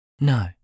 No